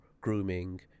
grooming